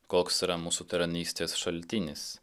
koks yra mūsų tarnystės šaltinis